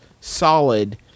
solid